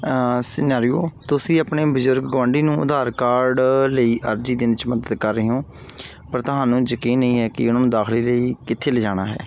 scenario ਤੁਸੀਂ ਆਪਣੇ ਬਜ਼ੁਰਗ ਗੁਆਂਡੀ ਨੂੰ ਆਧਾਰ ਕਾਰਡ ਲਈ ਅਰਜੀ ਦੇਣ 'ਚ ਮਦਦ ਕਰ ਰਹੇ ਹੋ ਪਰ ਤੁਹਾਨੂੰ ਯਕੀਨ ਨਹੀਂ ਹੈ ਕਿ ਉਹਨਾਂ ਨੂੰ ਦਾਖਲੇ ਲਈ ਕਿੱਥੇ ਲਿਜਾਣਾ ਹੈ